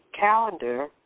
calendar